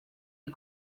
you